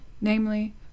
namely